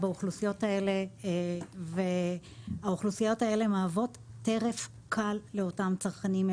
באוכלוסיות האלה והאוכלוסיות האלה מהוות טרף קל לאותם צרכנים.